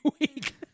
week